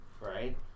right